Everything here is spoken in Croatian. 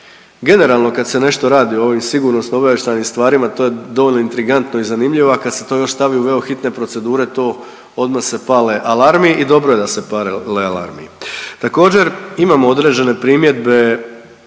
Generalno kad se nešto radi o ovim sigurnosno-obavještajnim stvarima to je dovoljno intrigantno i zanimljivo, a kad se to još stavi u veo hitne procedure to odmah se pale alarmi i dobro je da pale alarmi. Također imamo određene primjedbe